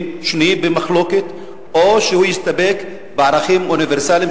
שנויים במחלוקת או שהוא יסתפק בערכים אוניברסליים,